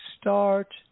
start